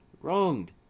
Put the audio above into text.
wronged